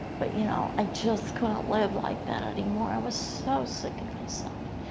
but, you know, i just couldn't live like that anymore. i was so sick of myself.